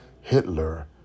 Hitler